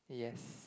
yes